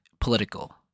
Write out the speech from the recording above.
political